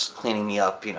cleaning me up, you know